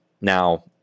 Now